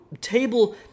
Table